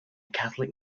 catholic